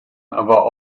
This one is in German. war